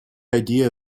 idea